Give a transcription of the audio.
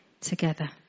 together